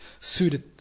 suited